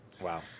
wow